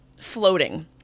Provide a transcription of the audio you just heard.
floating